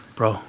Bro